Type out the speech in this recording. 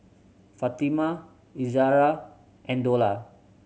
Fatimah Izara and Dollah